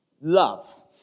love